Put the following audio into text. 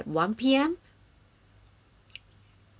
yes